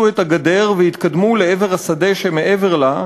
את הגדר ויתקדמו לעבר השדה שמעבר לה,